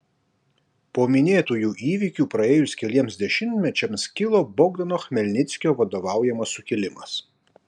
po minėtųjų įvykių praėjus keliems dešimtmečiams kilo bogdano chmelnickio vadovaujamas sukilimas